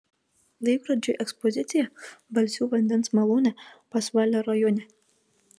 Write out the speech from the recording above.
laikrodžių ekspozicija balsių vandens malūne pasvalio rajone